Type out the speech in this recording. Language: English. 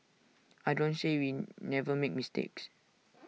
I don't say we never make mistakes